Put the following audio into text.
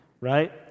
right